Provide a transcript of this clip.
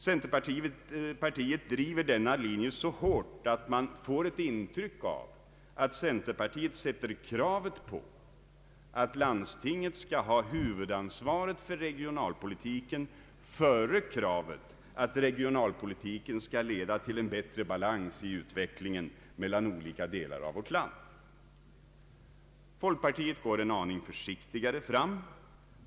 Centerpartiet driver denna linje så hårt att man får ett intryck av att centerpartiet sätter kravet på att landstinget skall ha huvudansvaret för regionalpolitiken före kravet att regionalpolitiken skall leda till en bättre balans i utvecklingen mellan olika delar av vårt land. Folkpartiet går en aning försiktigare fram.